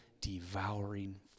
devouring